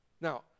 Now